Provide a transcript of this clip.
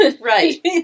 right